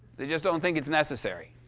they just don't think it's necessary.